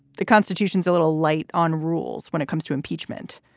the constitution is a little light on rules when it comes to impeachment,